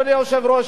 אדוני היושב-ראש,